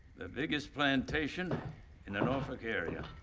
biggest plantation in the norfolk area.